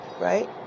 right